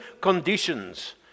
conditions